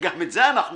גם את זה אנחנו